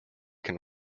can